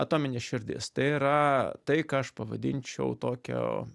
atominės širdis tai yra tai ką aš pavadinčiau tokiu